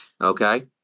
Okay